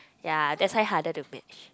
ya that's why harder to match